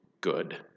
good